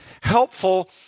helpful